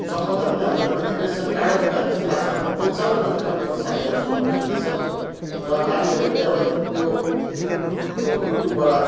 सम्बन्ध पनि हाम्रो अलिकति रिलेसन टाढा भएजस्तो लाग्छ हाम्रो बोलचाल अलिक कम्ती हुँदैछ साथीभाइहरूसँग कम्ती हुँदैछ र नानीहरूले पनि अब त्यो यु यो युट्युबबाट